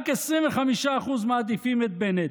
רק 25% מעדיפים את בנט.